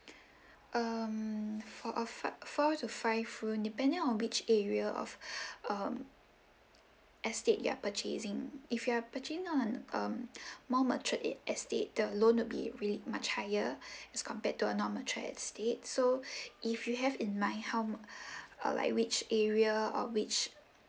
um for a fi~ four to five room depending of which area of um estate you are purchasing if you are purchasing on um more matured e~ estate the loan would be really much higher as compared to a normal trade estate so if you have in mind how m~ uh like which area or which